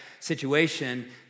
Situation